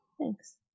Thanks